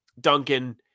Duncan